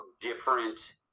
different